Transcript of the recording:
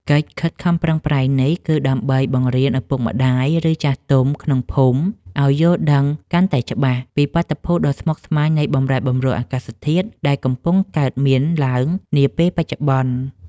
កិច្ចខិតខំប្រឹងប្រែងនេះ គឺដើម្បីបង្រៀនឪពុកម្ដាយ ឬចាស់ទុំក្នុងភូមិឱ្យយល់ដឹងកាន់តែច្បាស់ ពីបាតុភូតដ៏ស្មុគស្មាញនៃបម្រែបម្រួលអាកាសធាតុ ដែលកំពុងកើតមានឡើងនាពេលបច្ចុប្បន្ន។